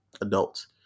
adults